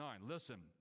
Listen